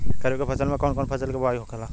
खरीफ की फसल में कौन कौन फसल के बोवाई होखेला?